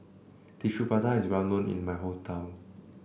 Tissue Prata is well known in my hometown